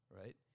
right